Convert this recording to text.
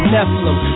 Nephilim